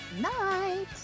Night